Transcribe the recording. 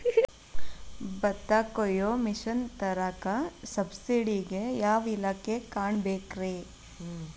ಭತ್ತ ಕೊಯ್ಯ ಮಿಷನ್ ತರಾಕ ಸಬ್ಸಿಡಿಗೆ ಯಾವ ಇಲಾಖೆ ಕಾಣಬೇಕ್ರೇ?